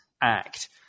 Act